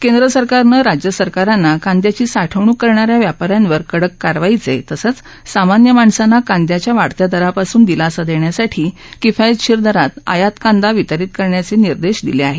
केंद्र सरकारनं राज्य सरकाराना कांद्याची साठवणूक करणा या व्यापा यांवर कडक कारवाईचे तसंच सामान्य माणसांना कांद्याच्या वाढत्या दरापासून दिलासा देण्यासाठी किफायतशीर दरात आयात कांदा वितरीत करण्याचे निर्देश दिले आहेत